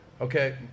Okay